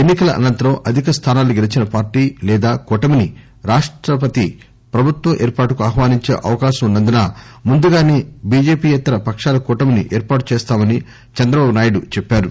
ఎన్ని కల అనంతరం అధిక స్టానాలు గెలిచిన పార్టీ లేదా కూటమిని రాష్టపతి ప్రభుత్వం ఏర్పాటుకు ఆహ్వానించే అవకాశం ఉన్న ందున ముందుగానే బిజెపియేతర పక్షాల కూటమిని ఏర్పాటు చేస్తామని చంద్రబాబు నాయుడు చెప్పారు